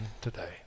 today